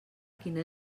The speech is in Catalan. quina